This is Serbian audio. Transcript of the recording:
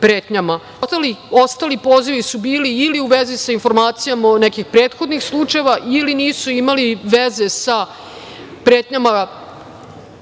Ostali pozivi su bili ili u vezi sa informacijama o nekim prethodnim slučajevima ili nisu imali veze sa pretnjama